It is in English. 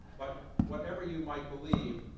but whatever you might believe,